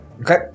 Okay